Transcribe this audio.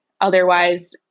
Otherwise